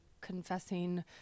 confessing